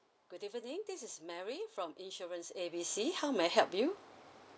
good evening this is mary from insurance A B C how may I help you